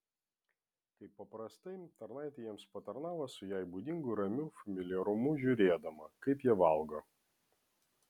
kaip paprastai tarnaitė jiems patarnavo su jai būdingu ramiu familiarumu žiūrėdama kaip jie valgo